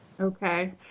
Okay